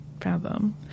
fathom